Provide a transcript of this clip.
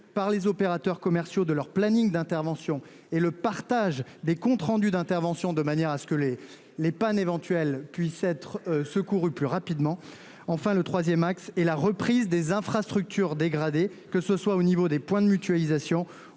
par les opérateurs commerciaux de leurs plannings d'intervention et le partage des comptes rendus d'intervention, de manière à ce que les, les pannes éventuelles puissent être secouru plus rapidement. Enfin le 3ème axe et la reprise des infrastructures. Que ce soit au niveau des points de mutualisation